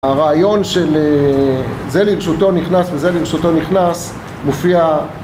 הרעיון של זה לרשותו נכנס וזה לרשותו נכנס מופיע